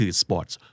sports